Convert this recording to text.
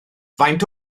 faint